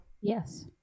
Yes